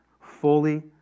Fully